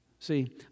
See